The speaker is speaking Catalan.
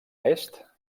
est